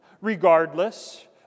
Regardless